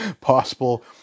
Possible